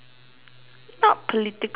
not political way but